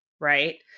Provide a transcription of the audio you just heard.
Right